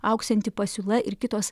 augsianti pasiūla ir kitos